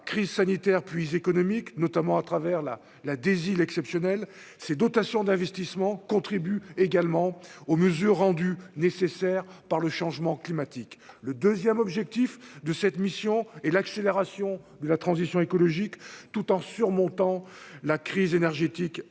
crise sanitaire puis économique, notamment à travers la, la, des exceptionnel, ces dotations d'investissement contribue également aux mesures rendues nécessaires par le changement climatique, le 2ème objectif de cette mission et l'accélération de la transition écologique tout en surmontant la crise énergétique actuelle